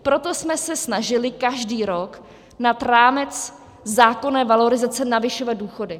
Proto jsme se snažili každý rok nad rámec zákonné valorizace navyšovat důchody.